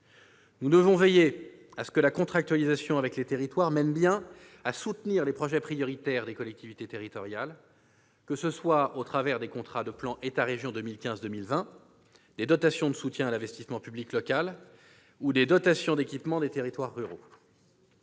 Nous devons veiller à ce que la contractualisation avec les territoires conduise bien à soutenir les projets prioritaires des collectivités territoriales, que ce soit au travers des contrats de plan État-régions 2015-2020, des dotations de soutien à l'investissement public local ou des dotations d'équipement des territoires ruraux.